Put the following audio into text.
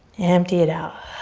empty it out.